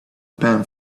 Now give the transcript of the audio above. pan